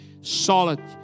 solid